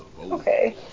okay